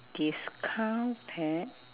discount pet